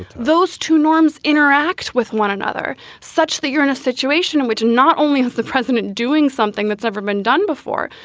those two norms interact with one another such that you're in a situation in which not only has the president doing something that's ever been done before,